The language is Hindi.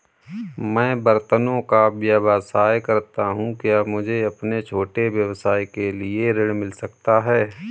मैं बर्तनों का व्यवसाय करता हूँ क्या मुझे अपने छोटे व्यवसाय के लिए ऋण मिल सकता है?